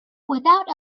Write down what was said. without